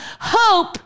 hope